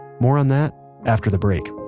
and more on that after the break